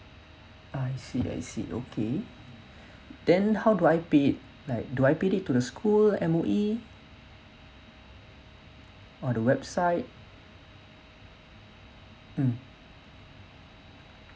I see I see okay then how do I pay like do I pay it to the school M_O_E or the website mm